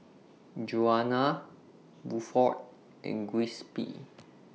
Juana Buford and Giuseppe